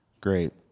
Great